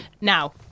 Now